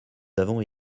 avons